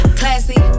classy